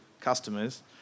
customers